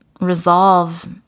resolve